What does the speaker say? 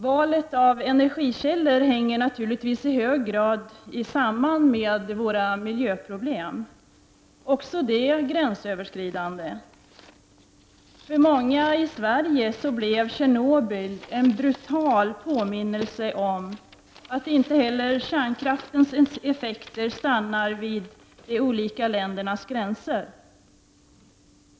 Valet av energikällor hänger naturligtvis i hög grad samman med våra miljöproblem, även de gränsöverskridande. För många i Sverige blev Tjernobyl en brutal påminnelse om att inte heller kärnkraftens effekter stannar vid de olika ländernas gränser.